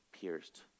pierced